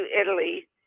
Italy